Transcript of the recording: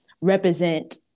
represent